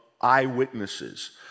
eyewitnesses